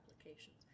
applications